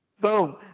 boom